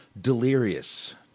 Delirious